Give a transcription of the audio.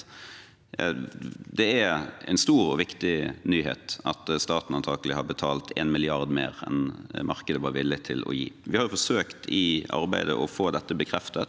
Det er en stor og viktig nyhet at staten antakelig har betalt 1 mrd. kr mer enn markedet var villig til å gi. I arbeidet har vi forsøkt å få dette bekreftet.